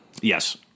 Yes